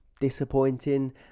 Disappointing